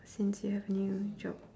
since you have new job